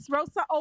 Rosa